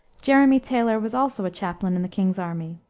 jeremy taylor was also a chaplain in the king's army,